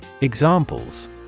Examples